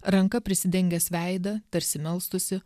ranka prisidengęs veidą tarsi melstųsi